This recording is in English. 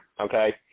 Okay